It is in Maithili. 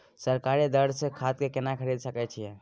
सरकारी दर से खाद केना खरीद सकै छिये?